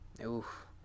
Oof